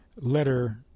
letter